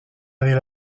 avez